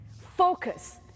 Focus